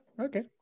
Okay